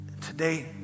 Today